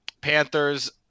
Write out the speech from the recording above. Panthers